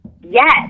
Yes